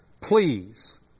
Please